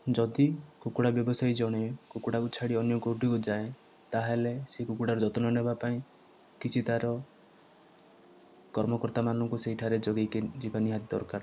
ଯଦି କୁକୁଡ଼ା ବ୍ୟବସାୟୀ ଜଣେ କୁକୁଡ଼ାକୁ ଛାଡି ଅନ୍ୟ କୋଉଠିକୁ ଯାଏ ତାହେଲେ ସେ କୁକୁଡ଼ାର ଯତ୍ନ ନେବା ପାଇଁ କିଛି ତା'ର କର୍ମକର୍ତ୍ତା ମାନଙ୍କୁ ସେଇଠାରେ ଜଗେଇକି ଯିବା ନିହାତି ଦରକାର